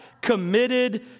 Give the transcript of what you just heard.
committed